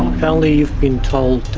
apparently you've been told